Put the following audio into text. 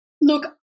Look